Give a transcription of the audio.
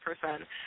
person